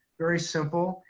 very simple.